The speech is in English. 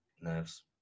nerves